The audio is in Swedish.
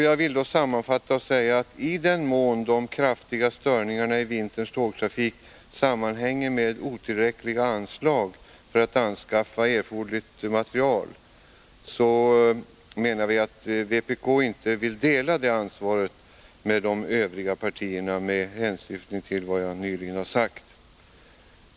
Jag vill sammanfattningsvis i detta avseende säga att i den mån de kraftiga störningarna i vinterns tågtrafik sammanhänger med otillräckliga anslag för att anskaffa erforderlig materiel så vill vpk med hänsyn till vad jag nyss sagt inte dela ansvaret härför med de övriga partierna.